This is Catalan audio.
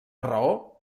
raó